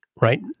right